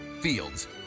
Fields